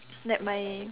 like my